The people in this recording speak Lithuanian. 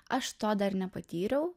aš to dar nepatyriau